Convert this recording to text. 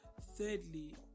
Thirdly